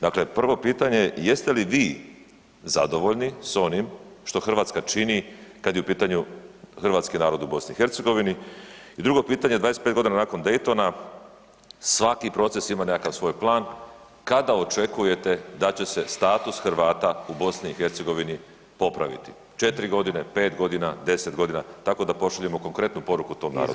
Dakle, prvo pitanje, jeste li vi zadovoljni s onim što Hrvatska čini kada je u pitanju hrvatski narod u BiH? i drugo čitanje, 25 godina nakon Daytona svaki proces ima nekakav svoj plan, kada očekujete da će se status Hrvata u BiH popraviti, 4 godine, 5 godina, 10 godina tako da pošaljemo konkretnu poruku tom narodu?